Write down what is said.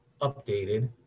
updated